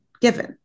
given